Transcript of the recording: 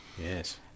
Yes